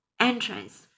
entrance